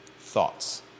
Thoughts